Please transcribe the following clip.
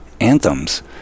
anthems